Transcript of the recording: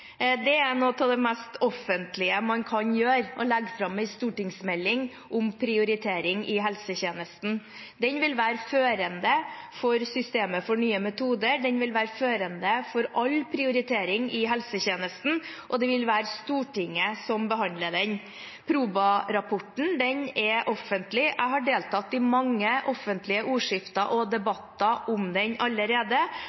Det er noe av det mest offentlige man kan gjøre: legge fram en stortingsmelding om prioritering i helsetjenesten. Den vil være førende for systemet for nye metoder, den vil være førende for all prioritering i helsetjenesten, og det vil være Stortinget som behandler den. Proba-rapporten er offentlig, jeg har deltatt i mange offentlige ordskifter og